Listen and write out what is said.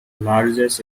largest